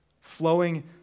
flowing